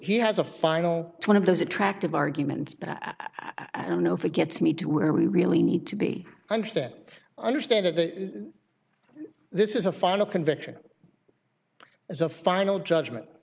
he has a final one of those attractive arguments but i don't know if it gets me to where we really need to be under that understand of the this is a final conviction as a final judgment